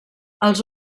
els